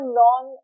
non